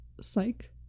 Psych